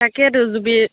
তাকেতো জুবিন